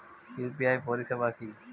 UPI পরিসেবা কি?